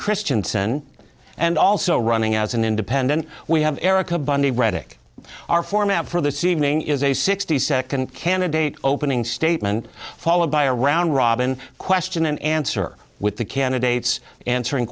christianson and also running as an independent we have erica bundy reddick our format for this evening is a sixty second candidate opening statement followed by a round robin question and answer with the candidates answering